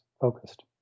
focused